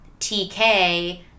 TK